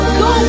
go